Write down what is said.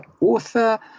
author